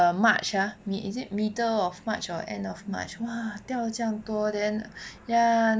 march ah is it middle of march or end of march !wah! 掉了这样多 then ya